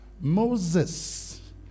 Moses